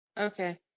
Okay